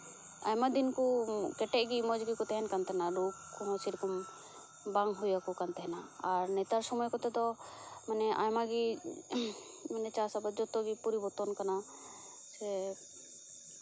ᱟᱭᱢᱟ ᱫᱤᱱ ᱠᱚ ᱠᱮᱴᱮᱡ ᱜᱮ ᱢᱚᱡᱽ ᱜᱮᱠᱚ ᱛᱟᱦᱮᱱ ᱠᱟᱱ ᱛᱟᱦᱮᱸᱱᱟ ᱨᱳᱜᱽ ᱠᱚᱦᱚᱸ ᱥᱮᱨᱚᱠᱚᱢ ᱵᱟᱝ ᱦᱩᱭᱟᱠᱚ ᱠᱟᱱ ᱛᱟᱦᱮᱱᱟ ᱟᱨ ᱱᱮᱛᱟᱨ ᱥᱚᱢᱚᱭ ᱠᱚᱛᱮ ᱫᱚ ᱢᱟᱱᱮ ᱟᱭᱢᱟ ᱜᱮ ᱪᱟᱥᱼᱟᱵᱟᱫ ᱢᱟᱱᱮ ᱡᱚᱛᱚ ᱜᱮ ᱯᱚᱨᱤᱵᱚᱨᱛᱚᱱ ᱠᱟᱱᱟ ᱥᱮ